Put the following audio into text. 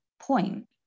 point